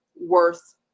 worth